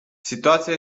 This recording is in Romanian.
situația